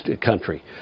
country